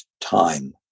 time